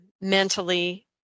mentally